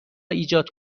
ایجاد